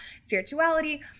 spirituality